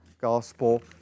gospel